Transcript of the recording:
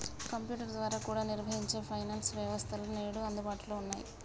computer ద్వారా కూడా నిర్వహించే ఫైనాన్స్ వ్యవస్థలు నేడు అందుబాటులో ఉన్నయ్యి